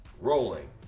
rolling